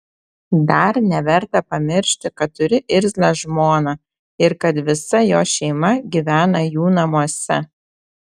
dar neverta pamiršti kad turi irzlią žmoną ir kad visa jos šeima gyvena jų namuose